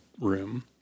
room